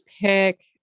pick